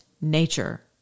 nature